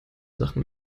sachen